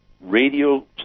radio